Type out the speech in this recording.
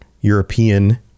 European